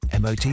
MOT